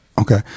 Okay